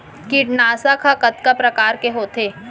कीटनाशक ह कतका प्रकार के होथे?